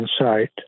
insight